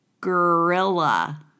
Gorilla